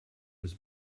was